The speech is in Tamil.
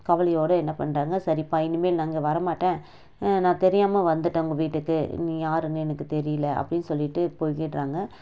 கவலையோடு என்ன பண்ணுறாங்க சரிப்பா இனிமேல் நான் இங்கே வர மாட்டேன் நான் தெரியாமல் வந்துவிட்டேன் உங்க வீட்டுக்கு நீ யாருனு எனக்கு தெரியல அப்படின்னு சொல்லிவிட்டு போயிடுறாங்க